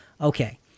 Okay